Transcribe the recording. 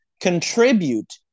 contribute